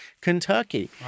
Kentucky